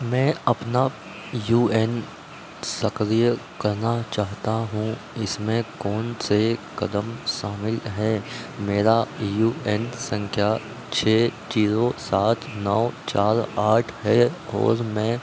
मैं अपना U N सक्रिय करना चाहता हूँ इसमें कौन से कदम शामिल हैं मेरा यू एन संख्या छः जीरो सात नौ चार आठ है और मैं